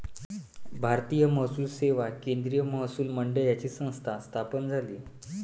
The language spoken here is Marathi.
भारतीय महसूल सेवा केंद्रीय महसूल मंडळाची संस्था स्थापन झाली